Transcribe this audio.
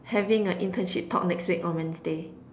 having a internship talk next week on Wednesday